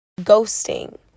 Ghosting